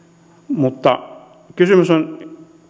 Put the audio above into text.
kysymys ei